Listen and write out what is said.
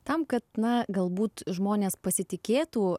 tam kad na galbūt žmonės pasitikėtų